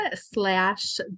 slash